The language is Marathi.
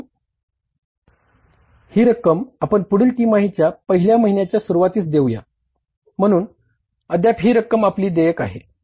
परंतु ही रक्कम आपण पुढील तिमाहीच्या पहिल्या महिन्याच्या सुरूवातीस देऊया म्हणून अद्याप ही रक्कम आपली देयक आहे